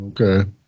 okay